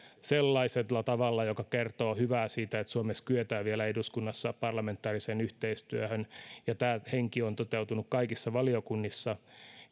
sellaisella tavalla joka kertoo hyvää siitä että suomessa kyetään vielä eduskunnassa parlamentaariseen yhteistyöhön tämä henki on toteutunut kaikissa valiokunnissa